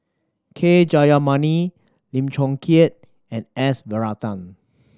K Jayamani Lim Chong Keat and S Varathan